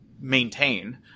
maintain